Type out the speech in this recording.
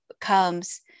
comes